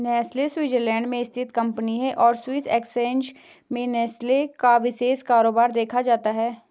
Nestle Switzerland में स्थित company है और स्विस एक्सचेंज में नेस्ले का विशेष कारोबार देखा जाता है